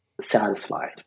satisfied